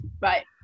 right